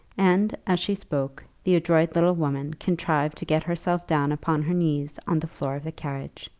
and, as she spoke, the adroit little woman contrived to get herself down upon her knees on the floor of the carriage.